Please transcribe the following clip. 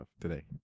Today